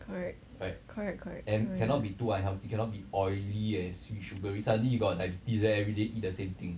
correct correct correct correct